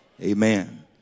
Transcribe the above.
Amen